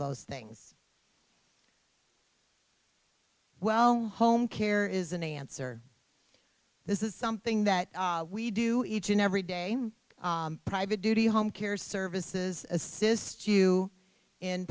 those things well home care is an answer this is something that we do each and every day private duty home care services assist you